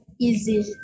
easy